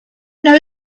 know